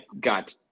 got